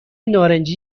نارنجی